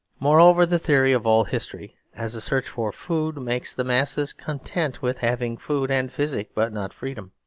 moreover, the theory of all history as a search for food makes the masses content with having food and physic, but not freedom.